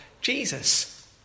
Jesus